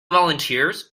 volunteers